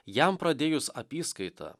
jam pradėjus apyskaitą